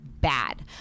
Bad